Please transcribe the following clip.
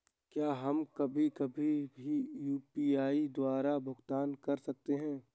क्या हम कभी कभी भी यू.पी.आई द्वारा भुगतान कर सकते हैं?